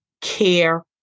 care